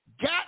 Got